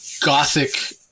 gothic